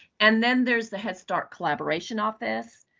and then there's the head start collaboration office.